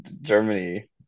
germany